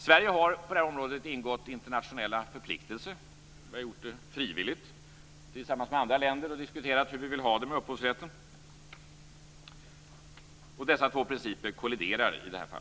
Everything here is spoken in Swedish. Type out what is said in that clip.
Sverige har på området ingått internationella förpliktelser. Vi har tillsammans med andra frivilligt diskuterat hur det skall vara med upphovsrätten. Dessa två principer kolliderar.